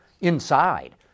Inside